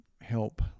help